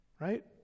right